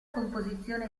composizione